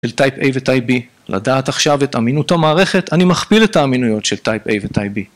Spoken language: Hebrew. אל טייפ A וטייפ B, לדעת עכשיו את אמינות המערכת אני מכפיל את האמינויות של טייפ A וטייפ B.